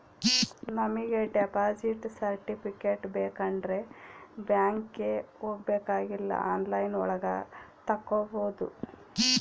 ನಮಿಗೆ deposit certificate ಬೇಕಂಡ್ರೆ ಬ್ಯಾಂಕ್ಗೆ ಹೋಬಾಕಾಗಿಲ್ಲ ಆನ್ಲೈನ್ ಒಳಗ ತಕ್ಕೊಬೋದು